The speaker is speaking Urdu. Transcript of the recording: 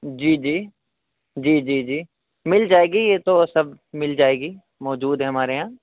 جی جی جی جی جی مل جائے گی یہ تو سب مل جائے گی موجود ہیں ہمارے یہاں